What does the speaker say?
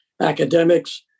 academics